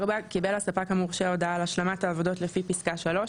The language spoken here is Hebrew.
קיבל הספק המורשה הודעה על השלמת העבודות לפי פסקה(3),